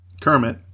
Kermit